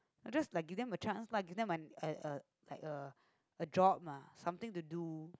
I just like give them a chance lah give them an a a like a a job ah something to do